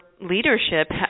leadership